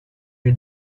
lui